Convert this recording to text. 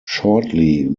shortly